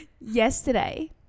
yesterday